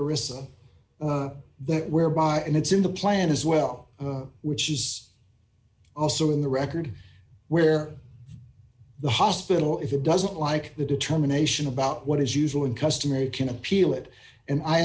arista that whereby and it's in the plan as well which is also in the record where the hospital if it doesn't like the determination about what is usual and customary can appeal it and i